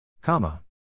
Comma